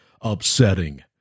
upsetting